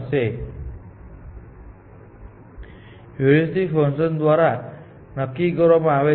તે બાઉન્ડ્રી સિવાય તે જે બનાવે છે તે જાળવે છે જે હ્યુરિસ્ટિક ફંકશન દ્વારા નક્કી કરવામાં આવે છે